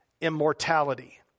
immortality